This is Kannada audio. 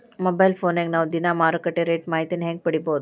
ಮೊಬೈಲ್ ಫೋನ್ಯಾಗ ನಾವ್ ದಿನಾ ಮಾರುಕಟ್ಟೆ ರೇಟ್ ಮಾಹಿತಿನ ಹೆಂಗ್ ಪಡಿಬೋದು?